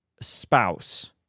spouse